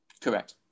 Correct